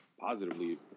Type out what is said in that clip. positively